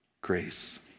grace